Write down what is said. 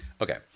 Okay